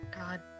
God